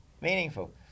meaningful